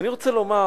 אני רוצה לומר,